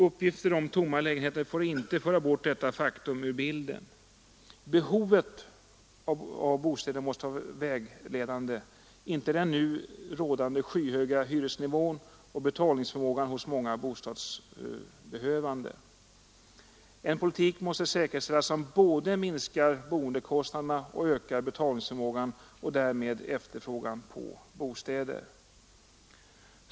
Uppgifter om tomma lägenheter får inte föra bort detta faktum ur bilden. Behovet av bostäder måste vara vägledande — inte den nu rådande skyhöga hyresnivån och betalningsförmågan hos många bostadsbehövande. En politik måste säkerställas som både minskar boendekostnaderna och ökar betalningsförmågan hos de bostadssökande och därmed efterfrågan på bostäder.